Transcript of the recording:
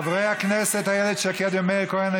חברי הכנסת איילת שקד ומאיר כהן,